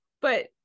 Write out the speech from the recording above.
But-